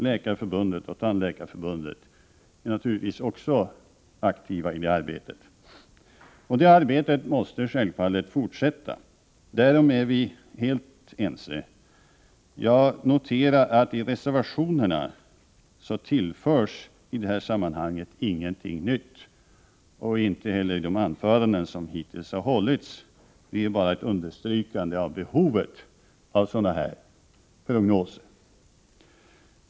Läkarförbundet och Tandläkarförbundet är naturligtvis också aktiva i det arbetet. Och detta arbete måste självfallet fortsätta — därom är vi helt ense. Jag noterar att reservanterna i detta sammanhang inte tillför något nytt. Inte heller i de anföranden som hittills har hållits har något nytt tillförts. Man har bara understrukit behovet av sådana här prognoser.